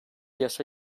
yasa